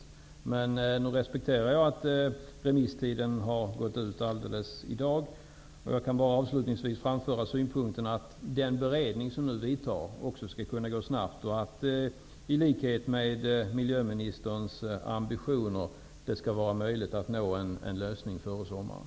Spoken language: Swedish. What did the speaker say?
Men jag respekterar att remisstiden har gått ut precis i dag. Jag kan bara avslutningsvis framföra synpunkten att den beredning som nu vidtar också skall gå snabbt, och att det i likhet med miljöministerns ambitioner skall vara möjligt att nå en lösning före sommaren.